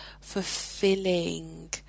fulfilling